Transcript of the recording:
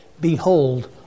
Behold